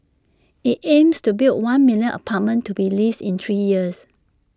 IT aims to build one million apartments to be leased in three years